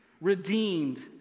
redeemed